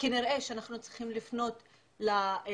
כנראה שאנחנו צריכים לפנות לציבור,